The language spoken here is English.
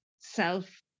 self